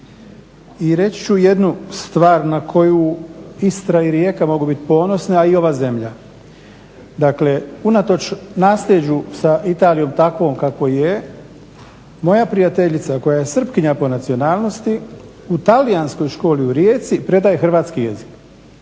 i reći ću jednu stvar na koju Istra i Rijeka mogu biti ponosne a i ova zemlja. Dakle, unatoč nasljeđu sa Italijom takvom kakva je, moja prijateljica koja je Srpkinja po nacionalnosti u talijanskoj školi u Rijeci predaje hrvatski jezik,